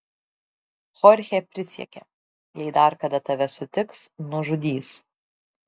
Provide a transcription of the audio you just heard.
chorchė prisiekė jei dar kada tave sutiks nužudys